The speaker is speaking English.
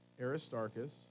Aristarchus